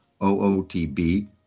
OOTB